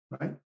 right